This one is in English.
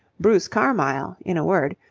bruce carmyle, in a word,